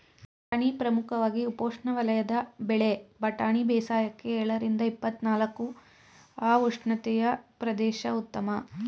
ಬಟಾಣಿ ಪ್ರಮುಖವಾಗಿ ಉಪೋಷ್ಣವಲಯದ ಬೆಳೆ ಬಟಾಣಿ ಬೇಸಾಯಕ್ಕೆ ಎಳರಿಂದ ಇಪ್ಪತ್ನಾಲ್ಕು ಅ ಉಷ್ಣತೆಯ ಪ್ರದೇಶ ಉತ್ತಮ